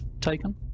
taken